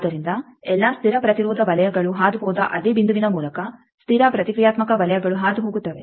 ಆದ್ದರಿಂದ ಎಲ್ಲಾ ಸ್ಥಿರ ಪ್ರತಿರೋಧ ವಲಯಗಳು ಹಾದುಹೋದ ಅದೇ ಬಿಂದುವಿನ ಮೂಲಕ ಸ್ಥಿರ ಪ್ರತಿಕ್ರಿಯಾತ್ಮಕ ವಲಯಗಳು ಹಾದುಹೋಗುತ್ತವೆ